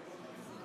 למעשה.